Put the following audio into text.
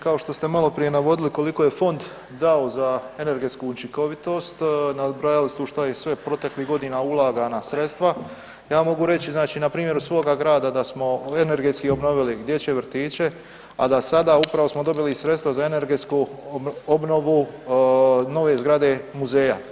Kao što ste maloprije navodili koliko je fond dao za energetsku učinkovitost nabrajali ste u šta je sve proteklih godina ulagana sredstva, ja mogu reći na primjeru svoga grada da smo energetski obnovili dječje vrtiće, a da sada upravo smo dobili sredstva za energetsku obnovu nove zgrade muzeja.